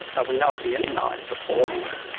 but we know if we immunise beforehand,